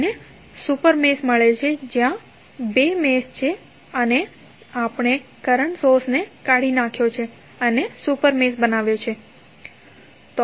આપણને super mesh મળે છે જેમાં બે મેશ હોય છે અને આપણે કરંટ સોર્સ કાઢી નાખ્યો છે અને સુપર મેશ બનાવ્યો છે